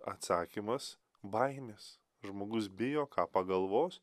atsakymas baimės žmogus bijo ką pagalvos